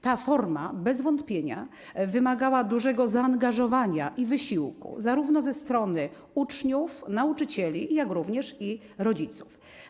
Ta forma bez wątpienia wymagała dużego zaangażowania i wysiłku zarówno ze strony uczniów, nauczycieli, jak i rodziców.